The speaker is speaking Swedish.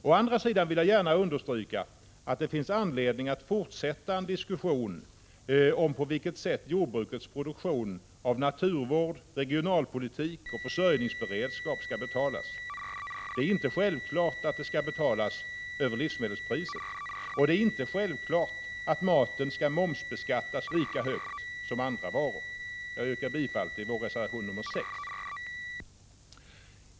Å andra sidan vill jag gärna understryka att det finns anledning att fortsätta en diskussion om på vilket sätt jordbrukets produktion när det gäller naturvård, regionalpolitik och försörjningsberedskap skall betalas. Det är inte självklart att det skall betalas genom en annan prissättning på livsmedel. Det är inte heller självklart att maten skall momsbeskattas lika mycket som andra varor. Jag yrkar bifall till vår reservation nr 6.